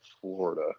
Florida